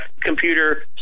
computer